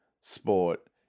sport